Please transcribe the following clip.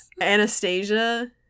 Anastasia